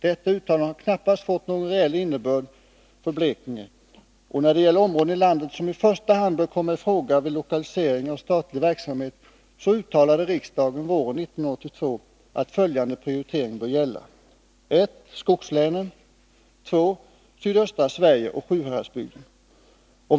Detta uttalande har knappast fått någon reell innebörd för Blekinge län. När det gäller områden i landet som i första hand bör komma i fråga vid lokalisering av statlig verksamhet uttalade riksdagen våren 1982 att följande prioritering bör gälla: i första hand skogslänen, i andra hand sydöstra Sverige och Sjuhäradsbygden.